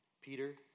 Peter